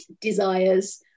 desires